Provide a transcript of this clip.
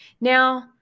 Now